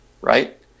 right